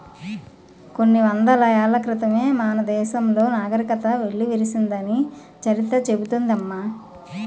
కొన్ని వందల ఏళ్ల క్రితమే మన దేశంలో నాగరికత వెల్లివిరిసిందని చరిత్ర చెబుతోంది అమ్మ